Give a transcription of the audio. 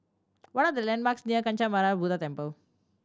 what are the landmarks near Kancanarama Buddha Temple